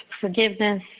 forgiveness